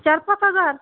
चार पाच हजार